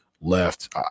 left